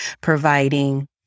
providing